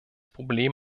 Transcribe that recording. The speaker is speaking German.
problem